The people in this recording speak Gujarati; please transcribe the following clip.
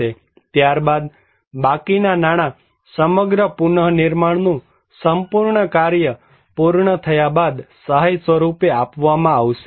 ત્યારબાદ બાકીના નાણાં સમગ્ર પુનઃનિર્માણ નું સંપૂર્ણ કાર્ય પૂર્ણ થયા બાદ સહાય સ્વરૂપે આપવામાં આવશે